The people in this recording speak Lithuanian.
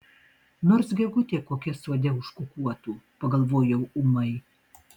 nors gegutė kokia sode užkukuotų pagalvojau ūmai